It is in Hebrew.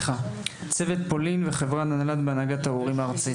צוות פולין וחברה בהנהגת ההורים הארצית.